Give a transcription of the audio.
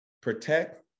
protect